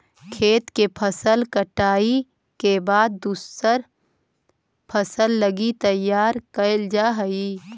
खेत के फसल कटाई के बाद दूसर फसल लगी तैयार कैल जा हइ